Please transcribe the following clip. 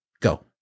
go